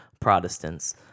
Protestants